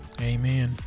amen